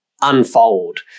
unfold